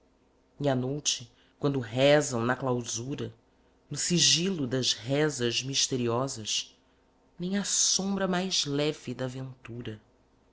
e à noute quando rezam na clausura no sigilo das rezas misteriosas nem a sombra mais leve de ventura